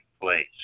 place